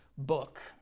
book